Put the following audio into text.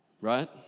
right